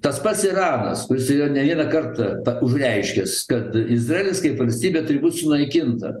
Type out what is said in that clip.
tas pats iranas kuris yra ne vieną kartą tą užreiškęs kad izraelis kaip valstybė turi būt sunaikinta